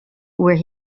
where